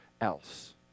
else